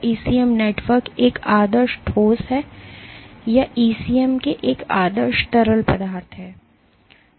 क्या ECM network एक आदर्श ठोस है या ईसीएम एक आदर्श तरल पदार्थ है